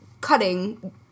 cutting